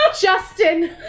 Justin